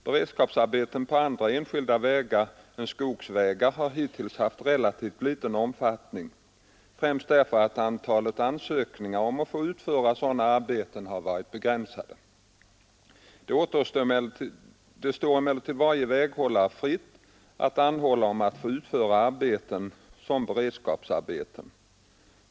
Beredskapsarbeten på andra enskilda vägar än skogsvägar har hittills haft relativt liten omfattning, främst därför att antalet ansökningar om att få utföra sådana arbeten har varit begränsat. Det står emellertid varje väghållare fritt att anhålla om att få utföra arbeten som beredskapsarbeten.